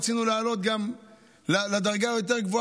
רצינו להעלות את זה גם לדרגה הגבוהה יותר,